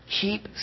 Keep